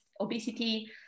obesity